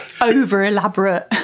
over-elaborate